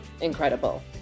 incredible